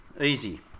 easy